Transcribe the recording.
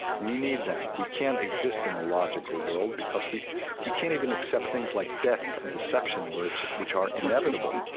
we need them we can't exist in a logical world because we we can't even accept things like death and deception, which which are inevitable,